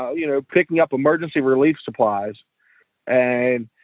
ah you know, picking up emergency relief supplies and,